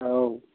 औ